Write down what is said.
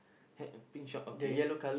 hat and pink short okay